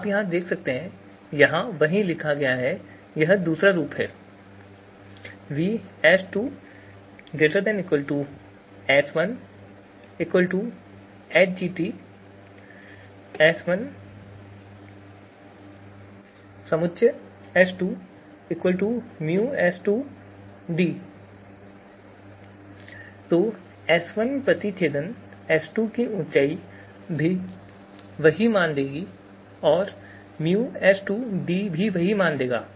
तो आप यहाँ देख सकते हैं यहाँ वही लिखा गया है दूसरा रूप यह है तो S1 प्रतिच्छेदन S2 की ऊंचाई भी वही मान देगी और µS2 भी वही मान देगा